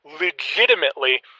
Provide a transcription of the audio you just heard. legitimately